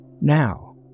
Now